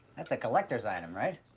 that's a collector's item, right?